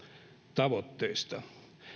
tavoitteistamme